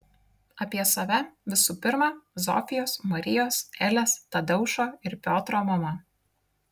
apie save visų pirma zofijos marijos elės tadeušo ir piotro mama